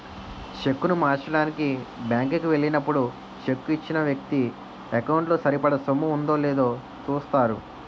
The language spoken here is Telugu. చెక్కును మార్చడానికి బ్యాంకు కి ఎల్లినప్పుడు చెక్కు ఇచ్చిన వ్యక్తి ఎకౌంటు లో సరిపడా సొమ్ము ఉందో లేదో చూస్తారు